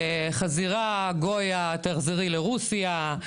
"חזירה", "גויה", "תחזרי לרוסיה",